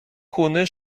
kuny